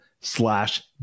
slash